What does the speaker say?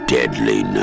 Deadly